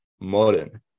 modern